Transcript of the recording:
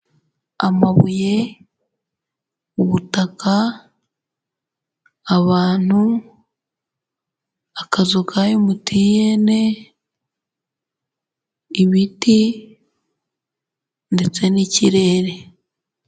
Amabuye, ubutaka, abantu, akazu ka MTN, ibiti ndetse n'ikirere.